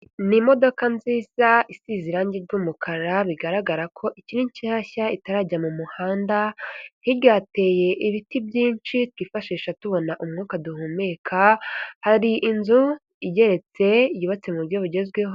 Ni imodoka nziza isize irange ry'umukara bigaragara ko ikiri nshyashya itarajya mu muhanda. Hirya hateye ibiti byinshi twifashisha tubona umwuka duhumeka, hari inzu igeretse yubatse mu buryo bugezweho.